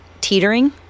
teetering